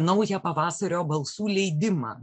naują pavasario balsų leidimą